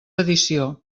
edició